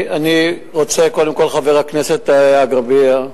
קודם כול, חבר הכנסת אגבאריה,